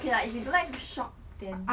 K lah if you don't like to shop then I have to shop